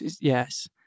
Yes